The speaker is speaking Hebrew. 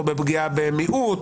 או פגיעה במיעוט,